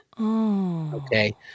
Okay